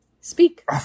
Speak